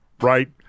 right